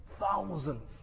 Thousands